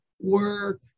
work